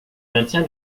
maintien